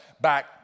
back